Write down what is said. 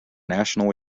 national